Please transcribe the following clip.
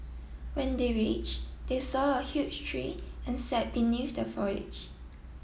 when they reach they saw a huge tree and sat beneath the foliage